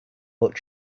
but